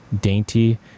dainty